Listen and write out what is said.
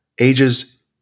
Ages